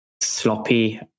Sloppy